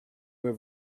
were